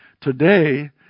Today